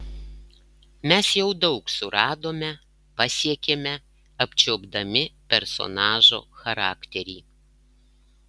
mes jau daug suradome pasiekėme apčiuopdami personažo charakterį